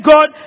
God